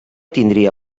tindria